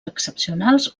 excepcionals